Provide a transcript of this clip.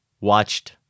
watched